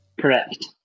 Correct